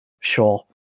sure